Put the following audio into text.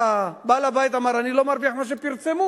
בעל הבית אמר, אני לא מרוויח מה שפרסמו,